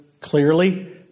clearly